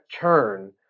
turn